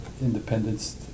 independence